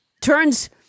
turns